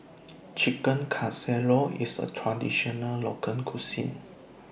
Chicken Casserole IS A Traditional Local Cuisine